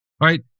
Right